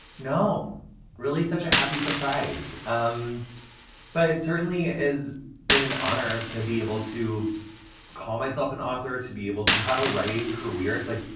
no really such a happy surprise. um but it certainly is been an honor to be able to call myself an author, to be able to have a writing career. it's, like,